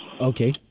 Okay